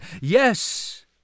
Yes